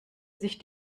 sich